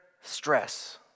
stress